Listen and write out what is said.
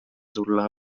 tulla